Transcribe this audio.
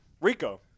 Rico